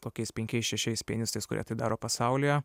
kokiais penkiais šešiais pianistais kurie tai daro pasaulyje